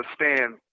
understand